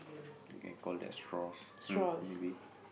you can called this straws hmm maybe